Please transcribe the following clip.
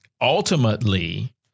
ultimately